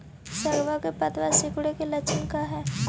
सगवा के पत्तवा सिकुड़े के लक्षण का हाई?